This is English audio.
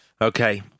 Okay